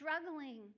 struggling